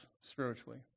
spiritually